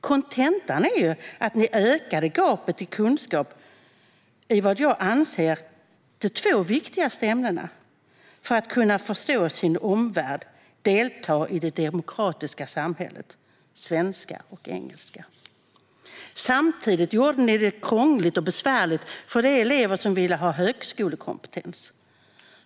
Kontentan är att ni ökade gapet i kunskap i vad jag anser de två viktigaste ämnena för att kunna förstå sin omvärld och delta i det demokratiska samhället, svenska och engelska. Samtidigt gjorde ni det krångligt och besvärligt för de elever som ville ha högskolekompetens.